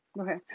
Okay